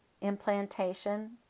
implantation